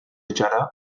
txarra